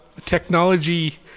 technology